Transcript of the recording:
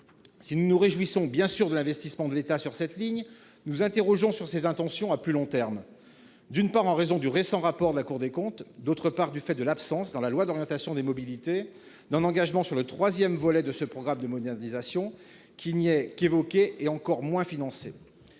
Si nous nous réjouissons bien sûr de l'investissement de l'État sur cette ligne, nous nous interrogeons sur ses intentions à plus long terme, d'une part en raison du récent rapport de la Cour des comptes, d'autre part du fait de l'absence, dans le projet de loi d'orientation des mobilités, d'un engagement sur le financement du troisième volet de ce programme de modernisation, qui n'y est qu'évoqué. Madame la ministre,